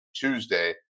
Tuesday